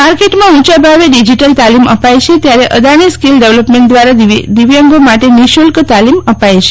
માર્કેટમાં ઊંચા ભાવે ડીઝીટલ તાલીમ અપાય છે ત્યારે અદાણી સ્કિલ ડેવલોપમેન્ટ દ્વારા દીવ્યાંગોમાટે નિ શુલ્ક તાલીમ અપાય છે